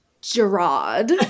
Gerard